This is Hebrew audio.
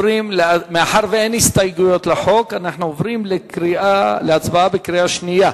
מאחר שאין הסתייגויות לחוק אנחנו עוברים להצבעה בקריאה שנייה.